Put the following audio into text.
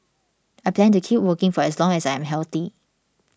I plan to keep working for as long as I am healthy